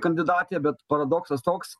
kandidatė bet paradoksas toks